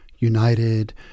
united